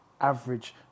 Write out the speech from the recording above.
average